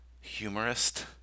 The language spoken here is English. humorist